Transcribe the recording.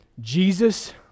Jesus